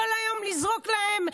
כל היום נזרוק להם,